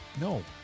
no